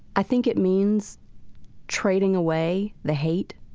i think it means trading away the hate